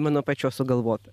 mano pačios sugalvota